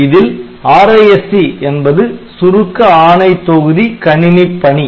இதில் RISC என்பது சுருக்க ஆணை தொகுதி கணினிப்பணி